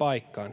Onhan